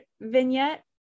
vignette